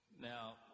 Now